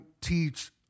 teach